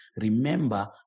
Remember